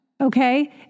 Okay